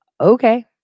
Okay